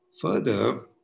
Further